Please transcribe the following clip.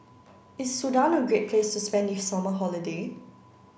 is Sudan a great place to spend the summer holiday